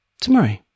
tomorrow